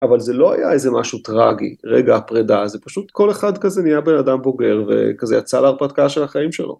אבל זה לא היה איזה משהו טראגי, רגע הפרידה, זה פשוט כל אחד כזה נהיה בן אדם בוגר וכזה יצא להרפתקה של החיים שלו.